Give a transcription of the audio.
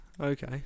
Okay